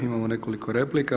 Imamo nekoliko replika.